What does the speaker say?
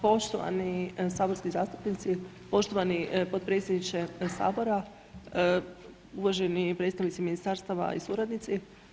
Poštovani saborski zastupnici, poštovani potpredsjedniče Sabora, uvaženi predstavnici ministarstava i suradnici.